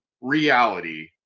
reality